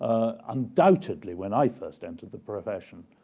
undoubtedly when i first entered the profession,